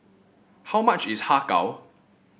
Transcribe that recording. how much is Har Kow